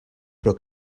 però